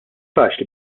faċli